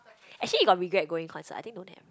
actually you got regret going concert I think don't have